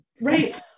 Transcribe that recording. Right